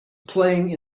playing